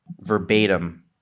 verbatim